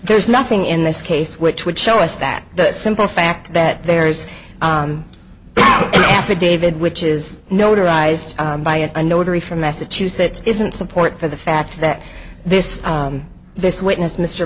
there's nothing in this case which would show us that the simple fact that there's an affidavit which is notarized by a notary from massachusetts isn't support for the fact that this this witness mr